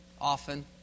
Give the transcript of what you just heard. often